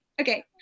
Okay